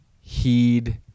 heed